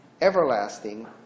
everlasting